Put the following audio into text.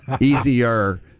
easier